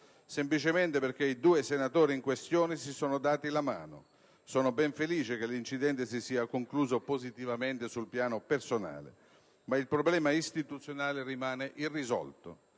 semplicemente perché i due senatori in questione si sono dati la mano. Sono ben felice che l'incidente si sia concluso positivamente sul piano personale, ma il problema istituzionale rimane irrisolto.